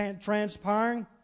transpiring